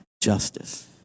justice